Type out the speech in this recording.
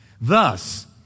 Thus